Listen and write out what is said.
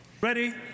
Ready